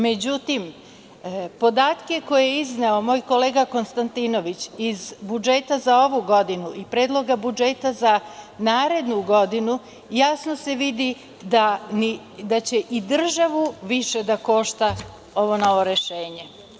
Međutim, podatke koje je izneo moj kolega Konstantinović iz budžeta za ovu godinu i Predloga budžeta za narednu godinu, jasno se vidi da će i državu više da košta ovo novo rešenje.